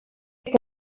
que